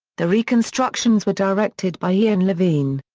the reconstructions were directed by ian levine.